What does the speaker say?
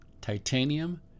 titanium